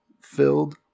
filled